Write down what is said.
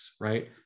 right